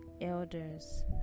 elders